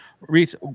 Reese